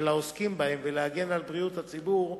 העוסקים בהם ולהגן על בריאות הציבור.